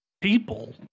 people